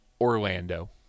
Orlando